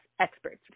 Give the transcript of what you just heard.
experts